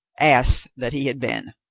ass that he had been!